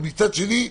ומצד שני,